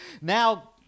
now